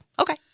okay